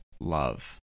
love